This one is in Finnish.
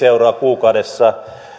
euroa kuukaudessa